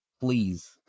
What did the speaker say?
please